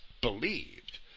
believed